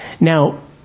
Now